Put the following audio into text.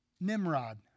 Nimrod